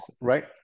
right